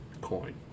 coin